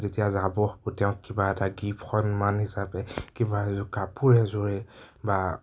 যেতিয়া যাব পঠিয়াওঁতে কিবা এটা গিফট্ সন্মান হিচাপে কিবা কাপোৰ এযোৰেই বা